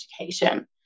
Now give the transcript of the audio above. education